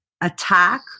attack